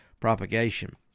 propagation